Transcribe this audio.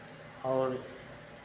आओर